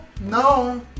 no